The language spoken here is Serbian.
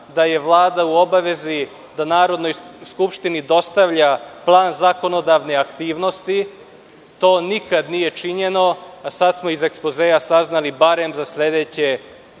da je Vlada u obavezi da Narodnoj skupštini dostavlja plan zakonodavne aktivnosti. To nikada nije činjeno, a sada smo iz ekspozea saznali barem za sledeći